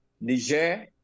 Niger